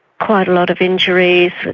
quite a lot of injuries,